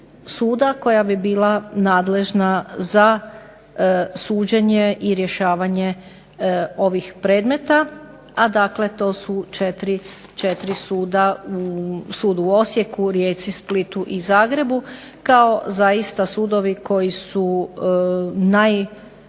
koja bi bila nadležna za suđenje i rješavanje ovih predmeta,a to su četiri suda sud u Osijeku, Rijeci, Splitu i Zagrebu kao zaista sudovi koji su najekipiraniji,